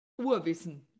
Urwissen